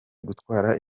gutwara